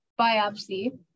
biopsy